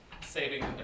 saving